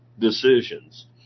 decisions